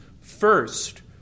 first